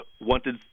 wanted